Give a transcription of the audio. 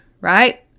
right